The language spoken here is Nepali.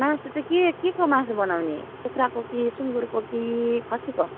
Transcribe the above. मासु चाहिँ के के को मासु बनाउने कुखुराको कि सुङ्गुरको कि खसीको